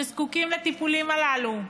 שזקוקים לטיפולים האלה,